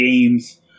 games